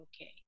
okay